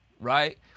Right